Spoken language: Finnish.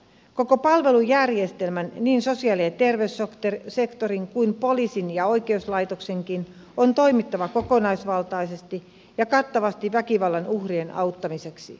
koko palvelujärjestelmän niin sosiaali ja terveyssektorin kuin poliisin ja oikeuslaitoksenkin on toimittava kokonaisvaltaisesti ja kattavasti väkivallan uhrien auttamiseksi